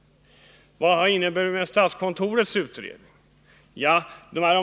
Vad innebär statskontorets utredning?